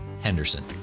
Henderson